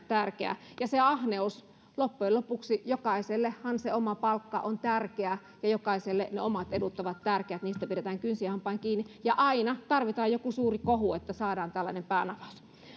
tärkeää ja se ahneus loppujen lopuksi jokaisellehan se oma palkka on tärkeä ja jokaiselle ne omat edut ovat tärkeät niistä pidetään kynsin ja hampain kiinni ja aina tarvitaan joku suuri kohu että saadaan tällainen päänavaus